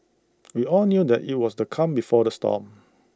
we all knew that IT was the calm before the storm